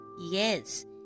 Yes